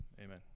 Amen